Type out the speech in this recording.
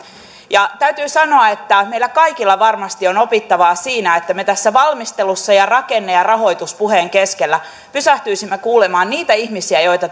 ja täytyy sanoa että meillä kaikilla varmasti on opittavaa siinä että me tässä valmistelussa ja rakenne ja rahoituspuheen keskellä pysähtyisimme kuulemaan niitä ihmisiä joita